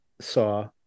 saw